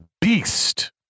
beast